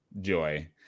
joy